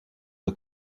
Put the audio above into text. une